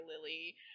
Lily